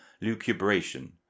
lucubration